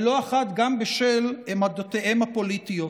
ולא אחת גם בשל עמדותיהם הפוליטיות,